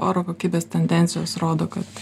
oro kokybės tendencijos rodo kad